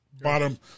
bottom